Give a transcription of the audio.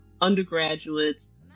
undergraduates